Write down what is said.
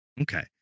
Okay